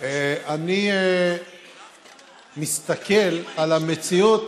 אני מסתכל על המציאות